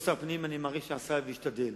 אני מעריך שכל שר עשה והשתדל,